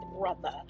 brother